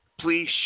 please